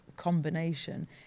combination